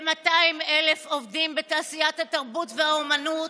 ל-200,000 עובדים בתעשיית התרבות והאומנות